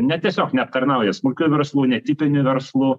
ne tiesiog neaptarnauja smulkių verslų netipinių verslų